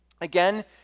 Again